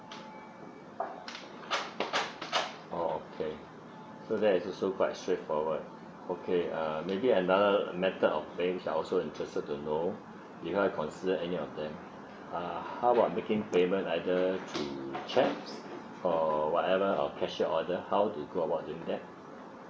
oh okay so that is also quite straightforward okay uh maybe another method of paying I also interested to know before I consider any of them uh how about making payment either through cheque or whatever of cash order how to go about doing that